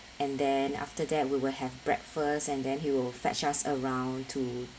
and then after that we will have breakfast and then he will fetch us around